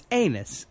anus